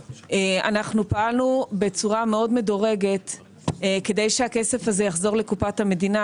פעלנו בצורה מאוד מדורגת כדי שהכסף הזה יחזור לקופת המדינה,